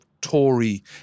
Tory